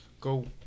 go